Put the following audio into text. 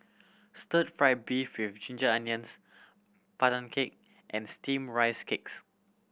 Stir Fry beef with ginger onions Pandan Cake and Steamed Rice Cake